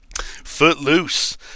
Footloose